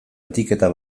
etiketa